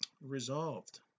resolved